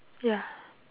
ya